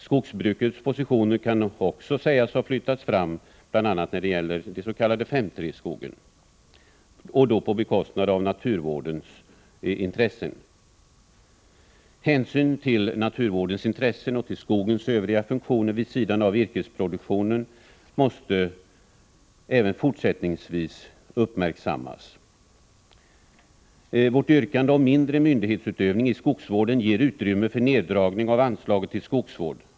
Skogsbrukets positioner kan vidare sägas ha flyttats fram, bl.a. när det gäller den s.k. 5:3-skogen, på bekostnad av naturvårdens intressen. Hänsyn till naturvårdens intressen och till skogens övriga funktioner vid sidan av virkesproduktionen bör även fortsättningsvis uppmärksammas. Vårt yrkande om mindre myndighetsutövning i skogsvården ger utrymme för neddragning av anslaget till skogsvård.